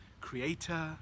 creator